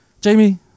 Jamie